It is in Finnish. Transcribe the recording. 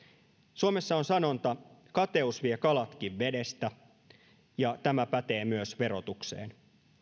suomessa on sanonta kateus vie kalatkin vedestä ja tämä pätee myös verotukseen